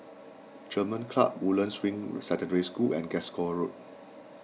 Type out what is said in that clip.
German Club Woodlands Ring Secondary School and Glasgow Road